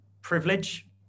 privilege